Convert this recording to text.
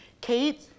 Kate